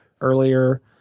earlier